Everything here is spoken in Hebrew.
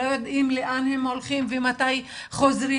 לא יודעים לאן הם הולכים ומתי חוזרים